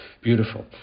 beautiful